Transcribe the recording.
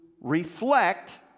reflect